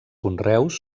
conreus